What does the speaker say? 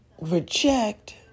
reject